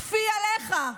טפי עליך.